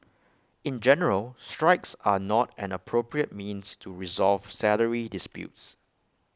in general strikes are not an appropriate means to resolve salary disputes